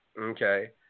okay